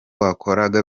wakoraga